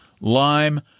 lime